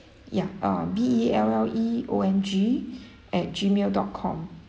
ya um B E L L E O N G at gmail dot com